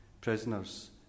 prisoners